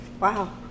Wow